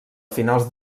finals